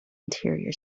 interior